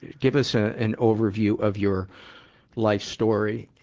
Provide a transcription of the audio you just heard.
give us, ah, an overview of your life story.